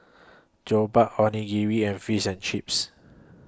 Jokbal Onigiri and Fish and Chips